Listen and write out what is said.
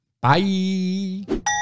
Bye